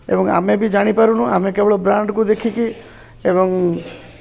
ଏବଂ ଆମେ ବି ଜାଣିପାରୁନୁ ଆମେ କେବଳ ବ୍ରାଣ୍ଡକୁ ଦେଖିକି ଏବଂ